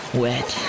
wet